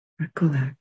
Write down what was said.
recollect